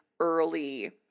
Early